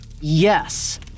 Yes